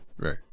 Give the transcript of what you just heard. right